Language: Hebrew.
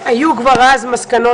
יש שם פשט הצפה,